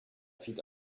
feed